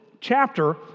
chapter